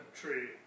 tree